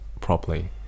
properly